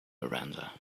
miranda